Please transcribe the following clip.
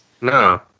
No